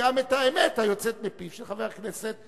וגם את האמת היוצאת מפיו של חבר הכנסת,